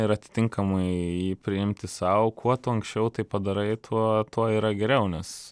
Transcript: ir atitinkamai priimti sau kuo tu anksčiau tai padarai tuo tuo yra geriau nes